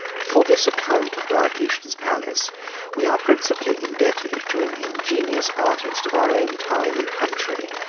for this account of diocletian's palace we are principally indebted to an ingenious artist of our own time and country,